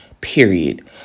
period